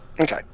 Okay